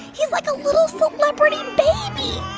he's like a little celebrity baby aw,